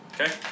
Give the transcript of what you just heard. Okay